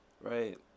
right